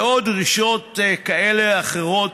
ועוד דרישות כאלה או אחרות,